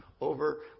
over